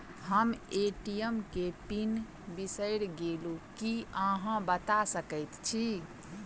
हम ए.टी.एम केँ पिन बिसईर गेलू की अहाँ बता सकैत छी?